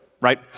right